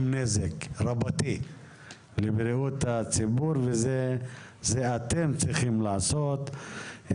נזק רבתי לבריאות הציבור וזה אתם צריכים לעשות,